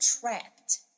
trapped